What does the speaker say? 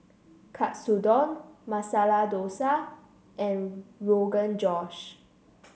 Katsudon Masala Dosa and Rogan Josh